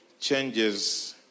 changes